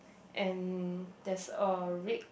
and there's a red